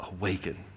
awaken